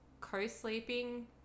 Co-sleeping